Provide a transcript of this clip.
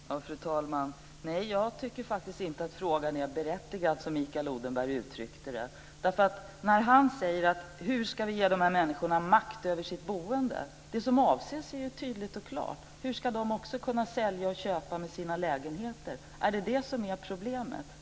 Fru talman! Nej, jag tycker faktiskt inte att frågan är berättigad, som Mikael Odenberg uttryckte det. När han frågar hur vi ska ge dessa människor makt över sitt boende är ju avsikten tydlig och klar. Hur ska de också kunna sälja och köpa sina lägenheter? Är det detta som är problemet?